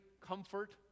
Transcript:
comfort